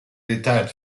retired